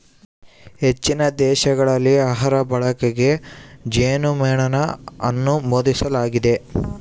ಹೆಚ್ಚಿನ ದೇಶಗಳಲ್ಲಿ ಆಹಾರ ಬಳಕೆಗೆ ಜೇನುಮೇಣನ ಅನುಮೋದಿಸಲಾಗಿದೆ